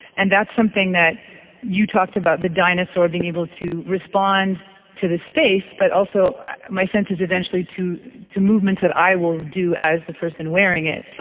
and that's something that you talked about, the dinosaur being able to respond to the space but also my sense is eventually to to movements that i will do as the person wearing it.